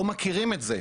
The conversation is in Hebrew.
לא מכירים את זה.